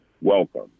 welcome